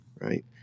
right